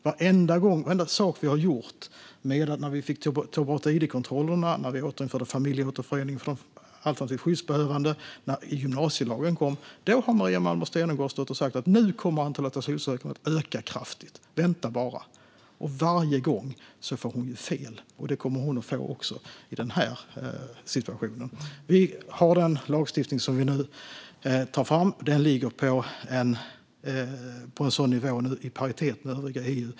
Varenda gång vi har gjort något - när vi tog bort id-kontrollerna, när vi återinförde familjeåterförening för de alternativt skyddsbehövande och när gymnasielagen kom - har Maria Malmer Stenergard stått och sagt: Nu kommer antalet asylsökande att öka kraftigt. Vänta bara! Varje gång får hon fel, och det kommer hon att få också i den här situationen. Vi har den lagstiftning som vi nu tar fram. Den ligger på en nivå som är i paritet med övriga EU.